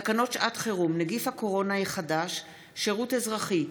תקנות שעת חירום (נגיף הקורונה החדש) (שירות אזרחי),